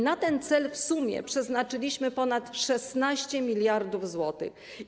Na ten cel w sumie przeznaczyliśmy ponad 16 mld zł.